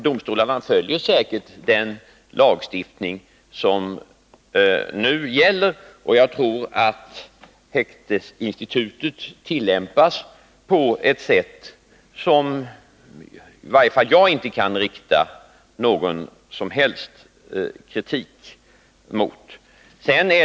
Domstolarna följer säkert den lagstiftning som nu gäller, och jag tror att häktesinstitutet tillämpas på ett sätt som i varje fall jag inte kan rikta någon som helst kritik mot.